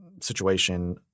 situation